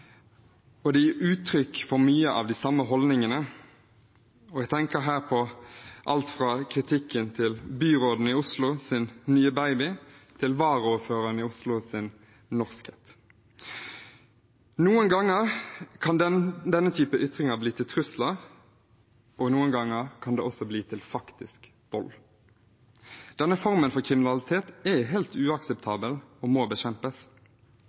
og det gir uttrykk for mange av de samme holdningene. Jeg tenker her på alt fra kritikken av Oslo-byrådens nye baby, til varaordføreren i Oslos norskhet. Noen ganger kan denne typen ytringer bli til trusler, og noen ganger kan det også bli til faktisk vold. Denne formen for kriminalitet er helt uakseptabel og må bekjempes.